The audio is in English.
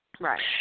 right